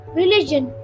religion